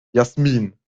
jasmin